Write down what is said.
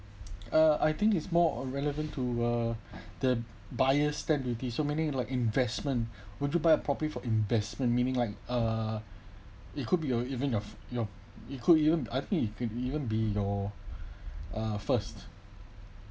uh I think is more uh relevant to uh the buyer's stamp duty so many like investment would you buy a property for investment meaning like uh it could be or even you've your it could even I think you could even be your uh first